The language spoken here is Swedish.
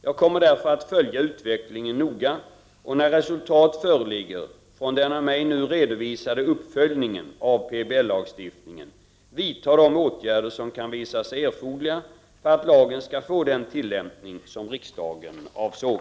Jag kommer därför att följa utvecklingen noga och när resultat föreligger från den av mig nu redovisade uppföljningen av PBL-lagstiftningen vidta de åtgärder som kan visa sig erforderliga för att lagen skall få den tillämpning som riksdagen avsåg.